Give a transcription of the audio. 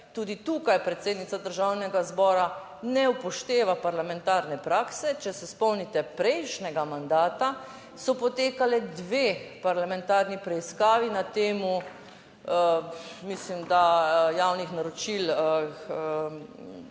Tudi tukaj predsednica Državnega zbora ne upošteva parlamentarne prakse. Če se spomnite prejšnjega mandata, so potekali dve parlamentarni preiskavi na temo, mislim,